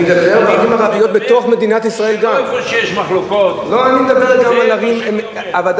לא איפה שיש מחלוקות, זה מה שאני